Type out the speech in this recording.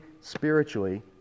spiritually